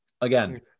again